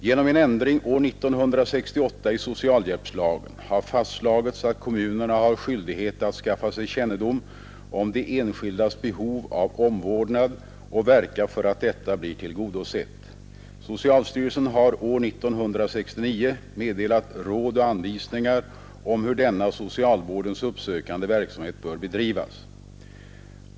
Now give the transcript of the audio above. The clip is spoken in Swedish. Genom ändring år 1968 i socialhjälpslagen har fastslagits att kommunerna har skyldighet att skaffa sig kännedom om de enskildas behov av omvårdnad och verka för att detta blir tillgodosett. Socialstyrelsen har år 1969 meddelat råd och anvisningar om hur denna socialvårdens uppsökande verksamhet bör bedrivas.